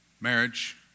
marriage